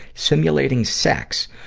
simulating sex.